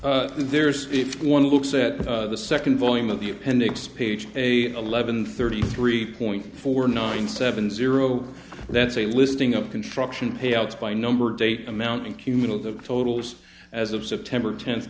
made if one looks at the second volume of the appendix page a eleven thirty three point four nine seven zero that's a listing of construction payouts by number date amounting cumulative totals as of september tenth